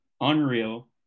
unreal